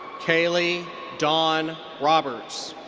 kailey dawn roberts.